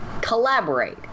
collaborate